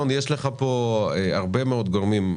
יש הרבה מאוד גורמים,